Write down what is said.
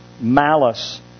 malice